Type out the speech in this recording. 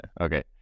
Okay